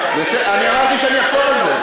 אני אמרתי שאני אחשוב על זה,